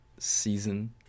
Season